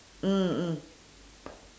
mm